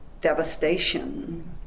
devastation